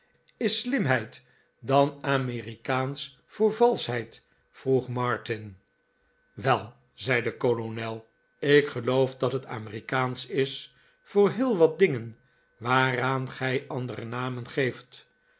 is slimheid dan amerikaansch voor valschheid vroeg martin wel zei de kolonel ik geloof dat het amerikaansch is voor heel wat dingen waaraan gij andere namen geeft